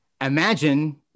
Imagine